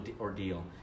ordeal